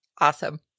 Awesome